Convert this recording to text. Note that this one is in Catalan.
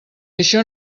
això